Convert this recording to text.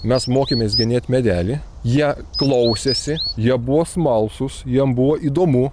mes mokėmės genėt medelį jie klausėsi jie buvo smalsūs jiem buvo įdomu